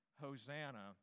Hosanna